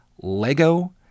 Lego